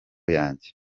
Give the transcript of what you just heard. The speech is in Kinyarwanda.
yanjye